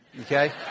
okay